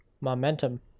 Momentum